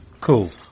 Cool